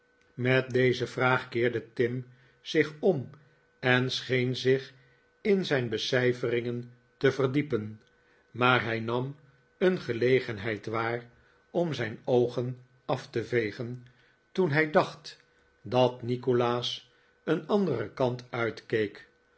met deze vraag keerde tim zich om en scheen zich in zijn becijferingen te verdiepen maar hij nam een gelegenheid waar om zijn oogen af te vegen toen hij dacht dat nikolaas een anderen kant uitkeek